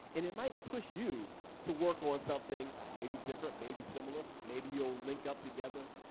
and it might push you to work on something maybe different, maybe similar. maybe you'll link up together.